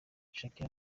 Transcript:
shakira